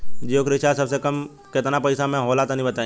जियो के रिचार्ज सबसे कम केतना पईसा म होला तनि बताई?